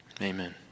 Amen